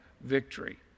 victory